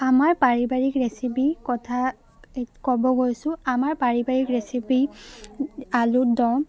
আমাৰ পাৰিবাৰিক ৰেচিপি কথা ক'ব গৈছোঁ আমাৰ পাৰিবাৰিক ৰেচিপি আলুৰ দম